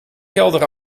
kelder